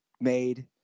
made